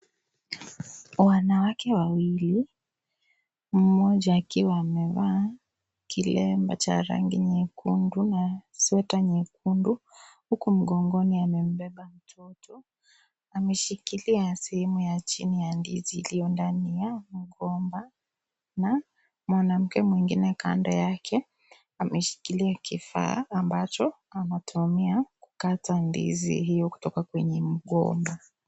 Wanawake wawili mmoja akiwa amevaa kilemba cha rangi nyekundu na sweater nyekundu, huku mgongoni amembeba mtoto ameshikilia sehemu ya chini ya ndizi iliyo ndani ya mgomba na mwanamke mwingine kando yake ameshikilia kifaa ambacho anatumia kukata ndizi hiyo kutoka kwenye mgomba.